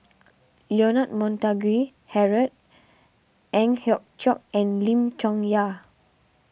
Leonard Montague Harrod Ang Hiong Chiok and Lim Chong Yah